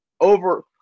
over